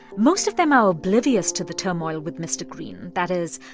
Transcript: most of them are oblivious to the turmoil with mr. greene that is,